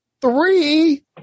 Three